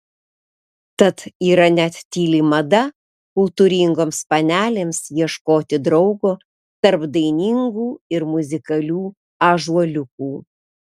tad yra net tyli mada kultūringoms panelėms ieškoti draugo tarp dainingų ir muzikalių ąžuoliukų